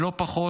ולא פחות,